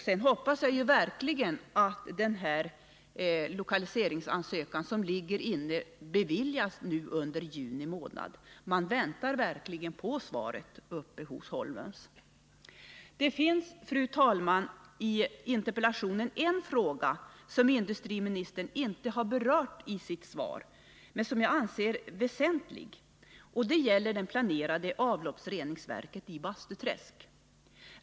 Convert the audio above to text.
Sedan hoppas jag verkligen att den lokaliseringsansökan som ligger inne beviljas nu under juni månad. Uppe vid Holmlunds väntar man verkligen på svaret. Det finns, fru talman, en fråga i interpellationen som industriministern inte berörde i sitt svar men som jag anser väsentlig, nämligen det planerade avloppsreningsverket i Bastuträsk.